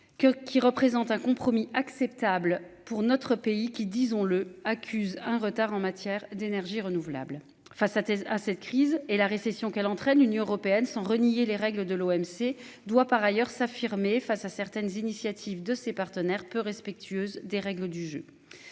qui représente un compromis acceptable pour notre pays qui, disons-le, accuse un retard en matière d'énergies renouvelables enfin sa thèse à cette crise et la récession qu'elle entraîne l'Union européenne, sans renier les règles de l'OMC doit par ailleurs s'affirmer face à certaines initiatives de ses partenaires peu respectueuse des règles du jeu.